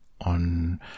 On